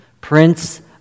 Prince